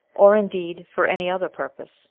or indeed for any other purpose.